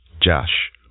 josh